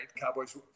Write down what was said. Cowboys